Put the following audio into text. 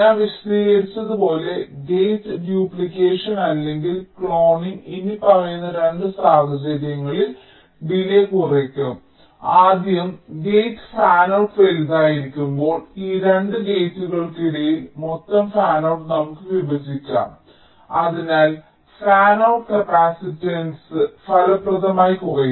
ഞാൻ വിശദീകരിച്ചതുപോലെ gate duplication അല്ലെങ്കിൽ ക്ലോണിംഗ് ഇനിപ്പറയുന്ന 2 സാഹചര്യങ്ങളിൽ ഡിലേയ് കുറയ്ക്കും ആദ്യം ഗേറ്റ് ഫാനൌട്ട് വലുതായിരിക്കുമ്പോൾ ഈ 2 ഗേറ്റുകൾക്കിടയിൽ മൊത്തം ഫാനൌട്ട് നമുക്ക് വിഭജിക്കാം അതിനാൽ ഫാനൌട്ട് കപ്പാസിറ്റൻസ് ഫലപ്രദമായി കുറയും